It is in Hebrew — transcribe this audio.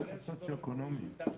משרד הפנים צריך להיות שותף איתך.